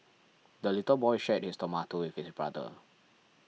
the little boy shared his tomato with his brother